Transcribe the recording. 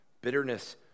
Bitterness